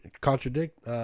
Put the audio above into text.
contradict